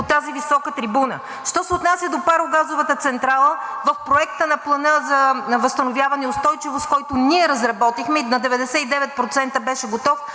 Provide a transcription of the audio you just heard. от тази висока трибуна. Що се отнася до парогазовата централа в Проекта на плана за възстановяване и устойчивост, който ние разработихме и 99% беше готов,